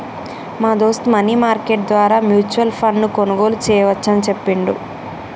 మా దోస్త్ money market ద్వారా మ్యూచువల్ ఫండ్ ను కొనుగోలు చేయవచ్చు అని చెప్పిండు